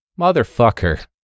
motherfucker